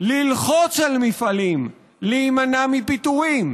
ללחוץ על מפעלים להימנע מפיטורים.